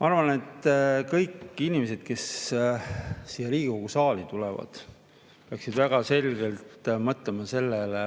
Ma arvan, et kõik inimesed, kes siia Riigikogu saali tulevad, peaksid väga selgelt mõtlema sellele,